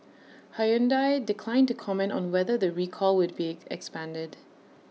Hyundai declined to comment on whether the recall would be expanded